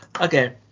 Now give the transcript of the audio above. Okay